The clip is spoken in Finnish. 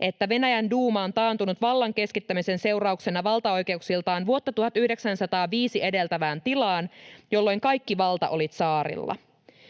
että Venäjän duuma on taantunut vallan keskittämisen seurauksena valtaoikeuksiltaan vuotta 1905 edeltävään tilaan, jolloin kaikki valta oli tsaarilla.